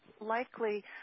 likely